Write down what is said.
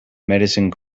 medicine